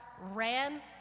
ran